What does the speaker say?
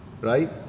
Right